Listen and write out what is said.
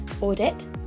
audit